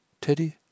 Teddy